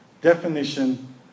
definition